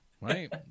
Right